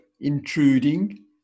intruding